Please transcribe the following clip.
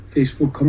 Facebook